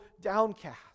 downcast